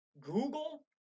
Google